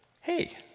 hey